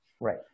Right